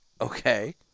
Okay